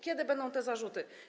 Kiedy będą te zarzuty?